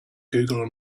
google